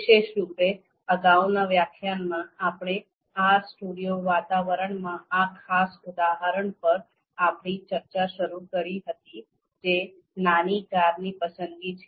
વિશેષરૂપે અગાઉના વ્યાખ્યાનમાં આપણે R સ્ટુડિયો વાતાવરણમાં આ ખાસ ઉદાહરણ પર આપણી ચર્ચા શરૂ કરી હતી જે નાની કારની પસંદગી છે